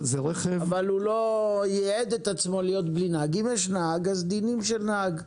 אם יש נהג, חלים דינים של נהג.